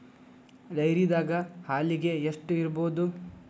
ಡೈರಿದಾಗ ಹಾಲಿಗೆ ಎಷ್ಟು ಇರ್ಬೋದ್?